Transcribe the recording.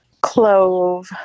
clove